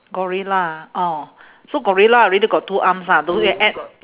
gorilla ah oh so gorilla already got two arms lah the way you add